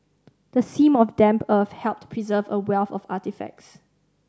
the seam of damp earth helped preserve a wealth of artefacts